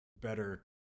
better